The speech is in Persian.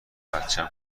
بچم